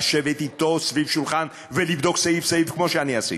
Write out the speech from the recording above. לשבת אתו סביב שולחן ולבדוק סעיף-סעיף כמו שאני עשיתי,